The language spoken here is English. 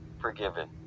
forgiven